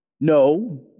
no